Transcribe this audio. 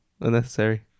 unnecessary